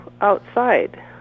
outside